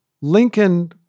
Lincoln